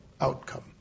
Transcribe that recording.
outcome